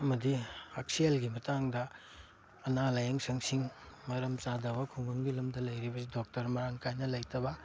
ꯑꯃꯗꯤ ꯍꯛꯁꯦꯜꯒꯤ ꯃꯇꯥꯡꯗ ꯑꯅꯥ ꯂꯥꯏꯌꯦꯡꯁꯪꯁꯤꯡ ꯃꯔꯝ ꯆꯥꯗꯕ ꯈꯨꯡꯒꯪꯒꯤ ꯂꯝꯗ ꯂꯩꯔꯤꯕꯁꯤ ꯗꯣꯛꯇꯔ ꯃꯔꯥꯡ ꯀꯥꯏꯅ ꯂꯩꯇꯕ